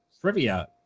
trivia